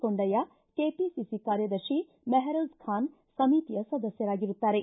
ಕೊಂಡಯ್ಲ KPCC ಕಾರ್ಯದರ್ತಿ ಮೆಹರೋಜ್ ಖಾನ್ ಸಮಿತಿಯ ಸದಸ್ನರಾಗಿರುತ್ತಾರೆ